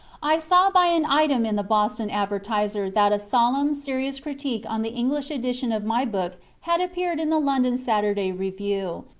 i saw by an item in the boston advertiser that a solemn, serious critique on the english edition of my book had appeared in the london saturday review,